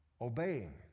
Obeying